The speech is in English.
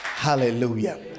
Hallelujah